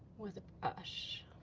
with a brush.